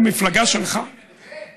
במפלגה שלך, כן.